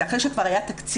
זה אחרי שכבר היה תקציב,